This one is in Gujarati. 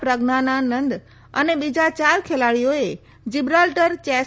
પ્રજ્ઞાનાનંદ અને બીજા ચાર ખેલાડીઓએ જીબ્રાલ્ટર ચેસ